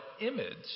image